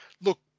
look